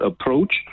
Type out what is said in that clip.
approach